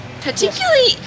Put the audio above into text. particularly